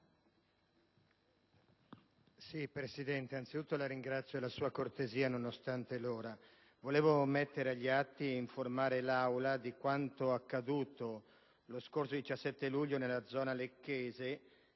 Presidente, anzitutto la ringrazio della sua cortesia, nonostante l'ora. Vorrei restasse agli atti ed informare l'Assemblea di quanto accaduto lo scorso 17 luglio nel Lecchese,